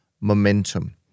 momentum